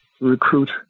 recruit